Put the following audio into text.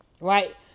right